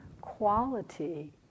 quality